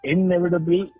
Inevitably